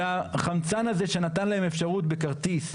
החמצן הזה שנתן להם אפשרות בכרטיס,